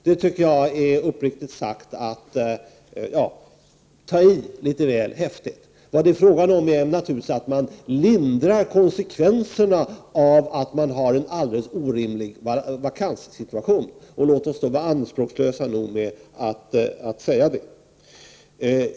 Jag tycker uppriktigt sagt att det är att ta i litet väl häftigt. Vad det är fråga om är naturligtvis att lindra konsekvenserna av att man har en alldeles orimlig situation när det gäller vakanser. Låt oss då vara anspråkslösa nog att kunna säga detta.